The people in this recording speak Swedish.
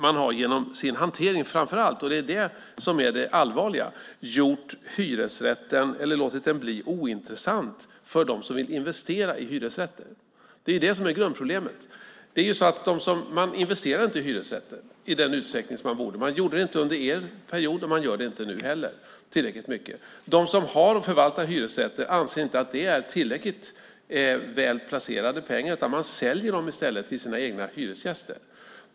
Man har genom sin hantering framför allt, och det är det som är det allvarliga, låtit hyresrätten bli ointressant för dem som vill investera i hyresrätter. Det är det som är grundproblemet. Man investerar inte i hyresrätter i den utsträckning man borde. Man gjorde det inte under er period, och man gör det inte tillräckligt mycket nu heller. De som har och förvaltar hyresrätter anser inte att det är tillräckligt väl placerade pengar, utan man säljer dem i stället till sina egna hyresgäster.